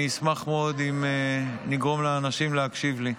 אני אשמח מאוד אם נגרום לאנשים להקשיב לי.